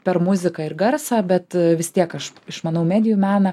per muziką ir garsą bet vis tiek aš išmanau medijų meną